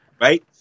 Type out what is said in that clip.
right